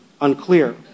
unclear